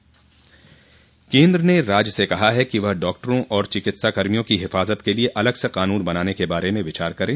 केन्द्र ने राज्यों से कहा है कि वह डॉक्टरों और चिकित्साकर्मियों की हिफाजत के लिए अलग से कानून बनाने के बारे में विचार करें